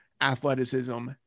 athleticism